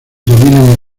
dominan